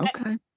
Okay